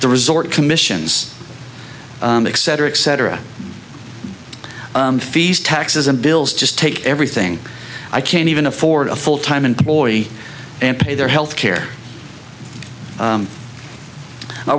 the resort commissions cetera et cetera fees taxes and bills just take everything i can't even afford a full time employee and pay their health care